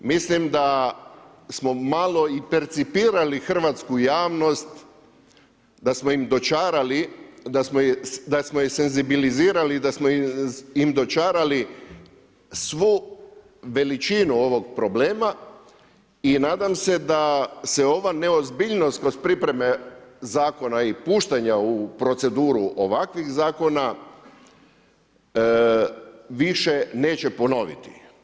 Mislim da smo malo i percipirali hrvatsku javnost, da smo im dočarali, da smo je senzibilizirali, da smo im dočarali svu veličinu ovog problema i nadam se da ova neozbiljnost kod pripreme Zakona i puštanja u proceduru ovakvih zakona više neće ponoviti.